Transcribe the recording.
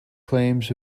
claims